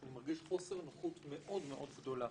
שאני מרגיש חוסר נוחות מאוד-מאוד גדולה